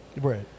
Right